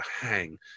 hang